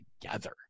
together